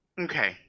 Okay